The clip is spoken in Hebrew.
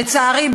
לצערי,